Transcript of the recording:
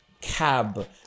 cab